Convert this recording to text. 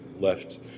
left